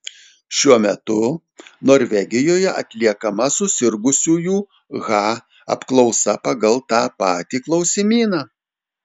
šiuo metu norvegijoje atliekama susirgusiųjų ha apklausa pagal tą patį klausimyną